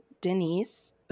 Denise